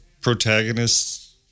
protagonists